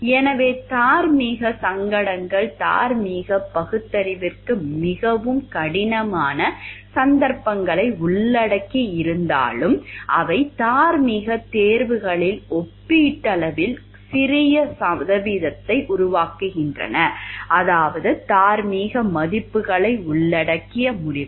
எனவே தார்மீக சங்கடங்கள் தார்மீக பகுத்தறிவுக்கு மிகவும் கடினமான சந்தர்ப்பங்களை உள்ளடக்கியிருந்தாலும் அவை தார்மீக தேர்வுகளில் ஒப்பீட்டளவில் சிறிய சதவீதத்தை உருவாக்குகின்றன அதாவது தார்மீக மதிப்புகளை உள்ளடக்கிய முடிவுகள்